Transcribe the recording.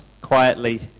quietly